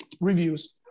reviews